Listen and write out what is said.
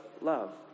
love